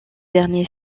dernier